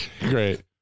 Great